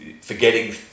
forgetting